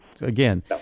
again